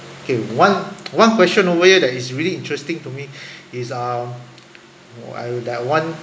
okay one one question over here that is really interesting to me is uh I that want